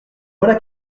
voilà